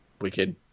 Wicked